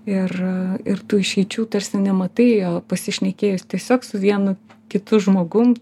ir ir tų išeičių tarsi nematai o pasišnekėjus tiesiog su vienu kitu žmogum